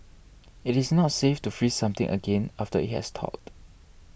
it is not safe to freeze something again after it has thawed